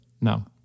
no